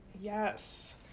Yes